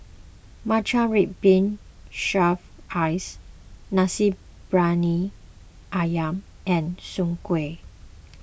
Matcha Red Bean Shaved Ice Nasi Briyani Ayam and Soon Kway